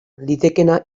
litekeena